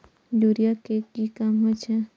Urea के की काम होई छै?